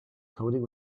coding